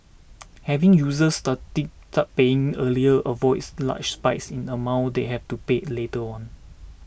having users started that paying earlier avoids large spikes in the amount they have to pay later on